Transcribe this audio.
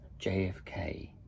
JFK